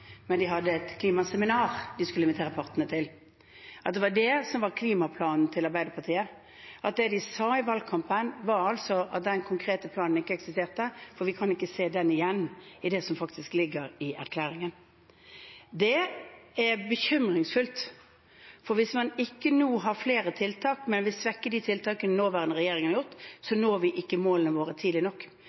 men de hadde et klimaseminar de skulle invitere partene til – at det var det som var klimaplanen til Arbeiderpartiet, at det de sa i valgkampen, var at den konkrete planen ikke eksisterte, for vi kan ikke se den igjen i det som faktisk ligger i erklæringen. Det er bekymringsfullt, for hvis man ikke nå har flere tiltak, men vil svekke de tiltakene daværende regjering har gjort, når vi ikke målene våre tidlig nok.